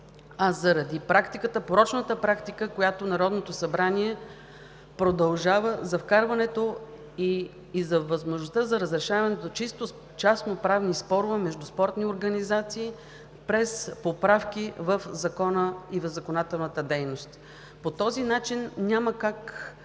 а заради порочната практика, която Народното събрание продължава – вкарването и възможността за разрешаването на чисто частно-правни спорове между спортни организации през поправки в Закона и в законодателната дейност. По този начин няма как